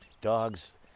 Dogs